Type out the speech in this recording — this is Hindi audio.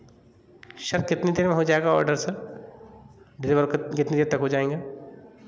सर कितनी देर में हो जाएगा ऑर्डर सर डिलीवर कितनी देर तक हो जाएँगे